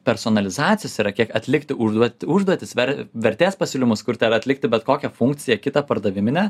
personalizacijos yra kiek atlikti užduot užduotis ver vertės pasiūlymus kur ta atlikti bet kokią funkciją kitą pardaviminę